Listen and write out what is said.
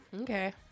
Okay